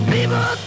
People